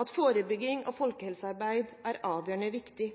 at forebygging og folkehelsearbeid er avgjørende viktig.